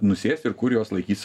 nusės ir kur jos laikys